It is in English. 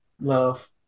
love